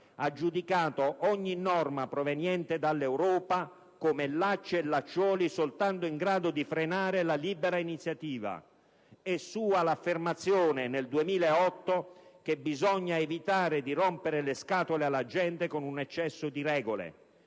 ha giudicato ogni norma proveniente dall'Europa come lacci e lacciuoli soltanto in grado di frenare la libera iniziativa. È sua l'affermazione nel 2008 secondo cui «bisogna evitare di rompere le scatole alla gente con un eccesso di regole»,